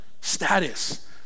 status